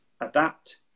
adapt